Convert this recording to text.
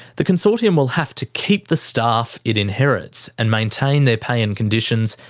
the consortium will have to keep the staff it inherits, and maintain their pay and conditions,